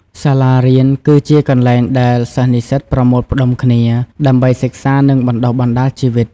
សាលារៀន គឺជាកន្លែងដែលសិស្សនិស្សិតប្រមូលផ្ដុំគ្នា ដើម្បីសិក្សានិងបណ្តុះបណ្តាលជីវិត។